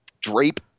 drape